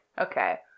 Okay